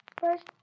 First